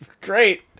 Great